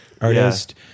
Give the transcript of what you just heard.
artist